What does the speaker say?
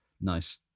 Nice